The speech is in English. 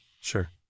Sure